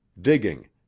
digging